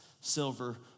silver